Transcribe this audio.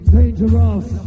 Dangerous